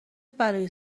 بلایی